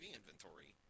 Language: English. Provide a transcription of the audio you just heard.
inventory